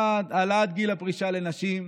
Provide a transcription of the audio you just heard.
העלאת גיל הפרישה לנשים,